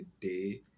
today